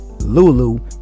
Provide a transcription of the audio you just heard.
lulu